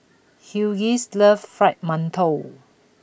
Hughie loves Fried Mantou